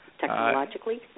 technologically